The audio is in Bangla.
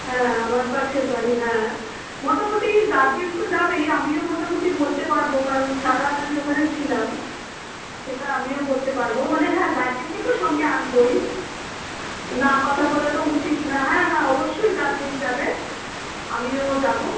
হ্যাঁ আমার পাশের বাড়ি হ্যাঁ মোটামুটি গার্জিয়ান তো যাবে আমিও মোটামুটি বলতে পারব কারণ সারারাত আমি ওখানে ছিলাম সেটা আমিও বলতে পারব মানে হ্যাঁ গার্জিয়ানকে তো সঙ্গে আনবই না কথা বলা তো উচিত না হ্যাঁ হ্যাঁ অবশ্যই গার্জিয়ান যাবে আমিও যাব